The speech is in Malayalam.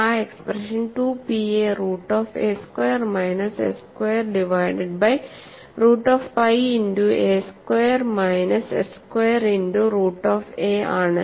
ആ expression 2 Pa root of a square minus s square divided by root of pi into a square minus s square into root of a ആണ്